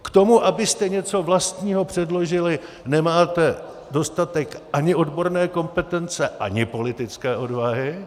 K tomu, abyste něco vlastního předložili, nemáte ani dostatek odborné kompetence, ani politické odvahy.